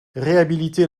réhabiliter